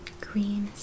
green